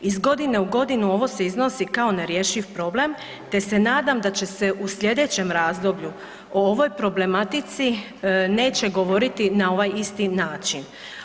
Iz godine u godinu ovo se iznosi kao nerješiv problem te se nadam da će se u sljedećem razdoblju o ovoj problematici neće govoriti na ovaj isti način.